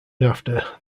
after